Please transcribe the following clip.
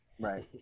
Right